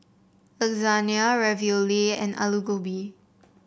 Lasagna Ravioli and Alu Gobi